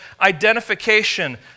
identification